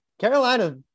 Carolina